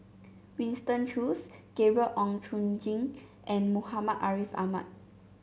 Winston Choos Gabriel Oon Chong Jin and Muhammad Ariff Ahmad